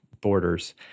borders